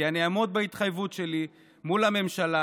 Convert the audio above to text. אני אעמוד בהתחייבות שלי מול הממשלה